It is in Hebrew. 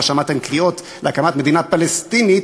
לא שמעתם קריאות להקמת מדינה פלסטינית